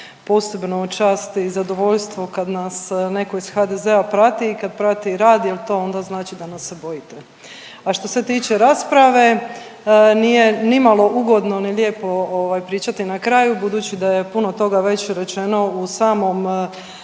posebnu čast i zadovoljstvo kad nas netko iz HDZ-a prati i kad prati rad jer to onda znači da nas se bojite. A što se tiče rasprave, nije nimalo ugodno ni lijepo ovaj, pričati na kraju, budući da je puno toga već rečeno u samom,